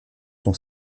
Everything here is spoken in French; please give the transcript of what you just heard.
sont